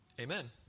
Amen